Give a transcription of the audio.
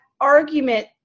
argument